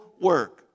work